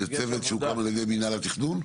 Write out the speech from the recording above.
זה צוות שהוקדם על ידי מנהל התכנון?